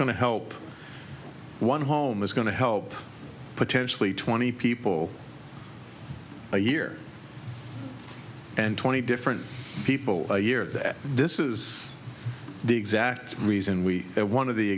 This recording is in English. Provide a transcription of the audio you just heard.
going to help one home is going to help potentially twenty people a year and twenty different people a year that this is the exact reason we one of the